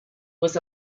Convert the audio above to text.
was